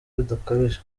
bidakabije